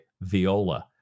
viola